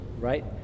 Right